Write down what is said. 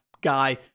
guy